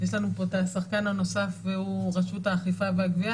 יש לנו פה את השחקן הנוסף והוא רשות האכיפה והגבייה